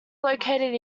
located